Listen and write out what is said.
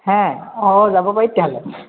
হে অ যাব পাৰি তেতিয়াহ'লে